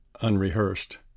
unrehearsed